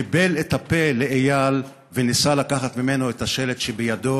ניבל את הפה כלפי אייל וניסה לקחת ממנו את השלט שבידו.